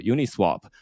Uniswap